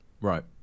right